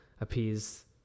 appease